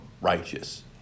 righteous